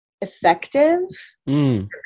effective